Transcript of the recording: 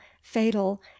fatal